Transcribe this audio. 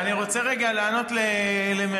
אינו נוכח,